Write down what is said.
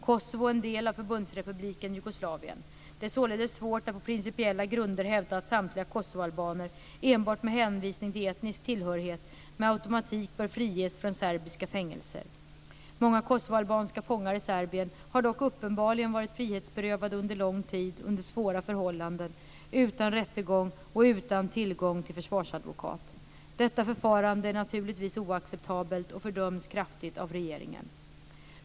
Kosovo är en del av Förbundsrepubliken Jugoslavien . Det är således svårt att på principiella grunder hävda att samtliga kosovoalbaner, enbart med hänvisning till etnisk tillhörighet, med automatik bör friges från serbiska fängelser. Många kosovoalbanska fångar i Serbien har dock uppenbarligen varit frihetsberövade under lång tid, under svåra förhållanden, utan rättegång och utan tillgång till försvarsadvokat. Detta förfarande är naturligtvis oacceptabelt och fördöms kraftigt av regeringen.